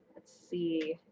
let's see,